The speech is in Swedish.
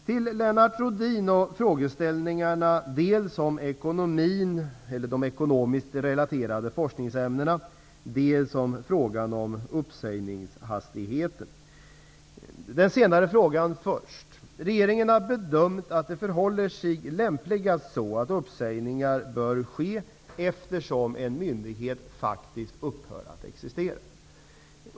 Till Lennart Rohdin och frågeställningarna dels om de ekonomiskt relaterade forskningsämnena, dels om uppsägningshastigheten. Den senare frågan först. Regeringen har bedömt att uppsägningar lämpligast bör ske eftersom en myndighet faktiskt upphör att existera.